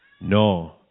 No